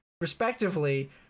respectively